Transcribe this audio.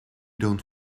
dont